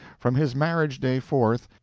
from his marriage-day forth,